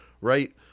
Right